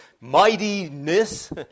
mightiness